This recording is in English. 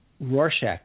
Rorschach